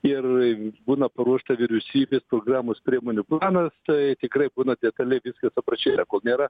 ir būna paruošta vyriausybės programos priemonių planas tai tikrai būna detaliai viskas aprašyta kol nėra